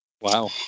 Wow